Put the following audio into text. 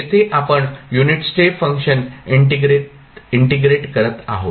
येथे आपण unit step function integrate करत आहोत